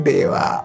Deva